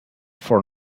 for